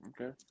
Okay